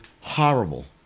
horrible